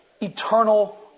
eternal